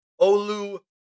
Olu